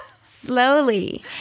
slowly